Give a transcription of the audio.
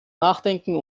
nachdenken